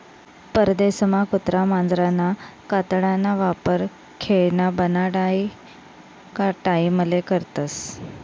परदेसमा कुत्रा मांजरना कातडाना वापर खेयना बनाडानी टाईमले करतस